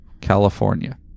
California